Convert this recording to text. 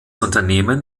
unternehmen